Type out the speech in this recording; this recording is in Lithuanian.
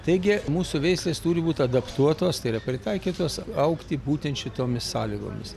taigi mūsų veislės turi būt adaptuotos tai yra pritaikytos augti būtent šitomis sąlygomis